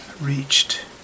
reached